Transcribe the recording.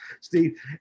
Steve